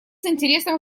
интересом